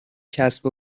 کسب